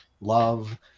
love